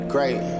Great